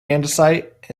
andesite